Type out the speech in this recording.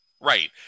Right